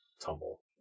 tumble